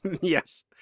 Yes